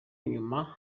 nyuma